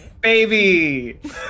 Baby